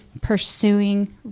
pursuing